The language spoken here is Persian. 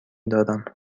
دارم